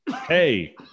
Hey